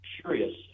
curious